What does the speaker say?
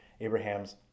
Abraham's